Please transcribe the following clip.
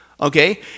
okay